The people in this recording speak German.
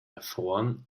erfroren